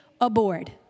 aboard